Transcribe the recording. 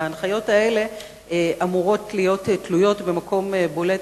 ההנחיות האלה אמורות להיות תלויות במקום בולט